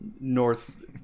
north